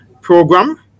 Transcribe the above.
program